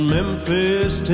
Memphis